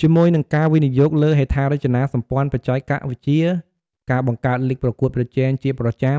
ជាមួយនឹងការវិនិយោគលើហេដ្ឋារចនាសម្ព័ន្ធបច្ចេកវិទ្យា ការបង្កើតលីគប្រកួតប្រជែងជាប្រចាំ